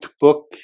book